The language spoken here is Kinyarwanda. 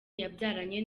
yabyaranye